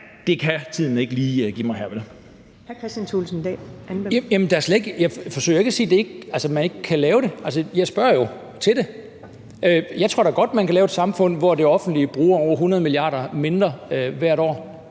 Kristian Thulesen Dahl (DF): Jeg forsøger ikke at sige, at man ikke kan lave det. Altså, jeg spørger jo til det. Jeg tror da godt, at man kan lave et samfund, hvor det offentlige bruger over 100 mia. kr. mindre hvert år.